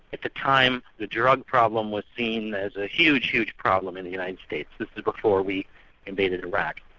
at the time the drug problem was seen as a huge, huge problem in the united states. this was before we invaded iraq.